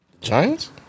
Giants